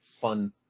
fun